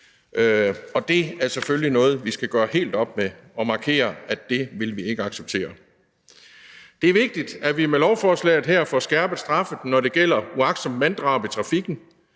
og det er selvfølgelig noget, vi skal gøre helt op med, og hvor vi skal markere, at det vil vi ikke acceptere. Det er vigtigt, at vi med lovforslaget her får skærpet straffe, når det gælder uagtsomt manddrab i trafikken,